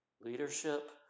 leadership